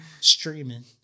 streaming